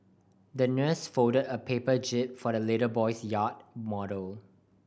the nurse folded a paper jib for the little boy's yacht model